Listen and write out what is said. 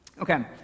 Okay